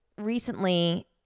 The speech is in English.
recently